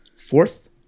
Fourth